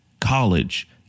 college